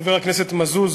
חבר הכנסת מזוז,